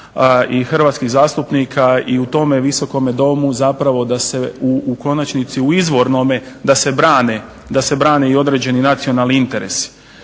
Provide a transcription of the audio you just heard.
i hrvatskih zastupnika i u tome Visokome domu zapravo da se u konačnici u izvornome da se brane i određeni nacionalni interesi.